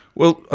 well,